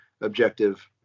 objective